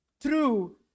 True